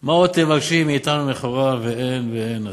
מה עוד תבקשי מאתנו מכורה ואין ואין עדיין?